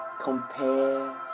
Compare